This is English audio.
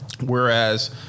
whereas